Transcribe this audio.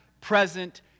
present